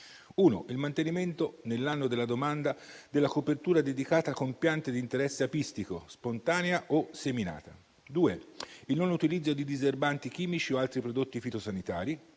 1) il mantenimento nell'anno della domanda della copertura dedicata con impianti di interesse apistico spontanea o seminata; 2) il non utilizzo di diserbanti chimici o altri prodotti fitosanitari;